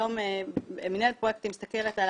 היום מנהלת הפרויקטים מסתכלת על